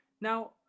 Now